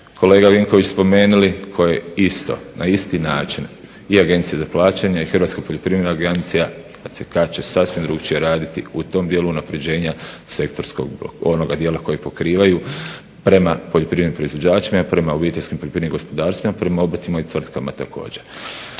kolega Vinković spomenuli, koje isto na isti način i Agencija za plaćanje i Hrvatska poljoprivredna agencija, … drugačije raditi u tom dijelu unapređenja sektorskog onoga dijela koji pokrivaju prema poljoprivrednim proizvođačima i prema obiteljskim poljoprivrednim gospodarskim, prema obrtima i tvrtkama također.